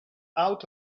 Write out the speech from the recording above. out